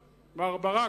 ברק,